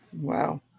Wow